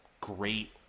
great